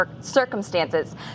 circumstances